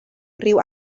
rhyw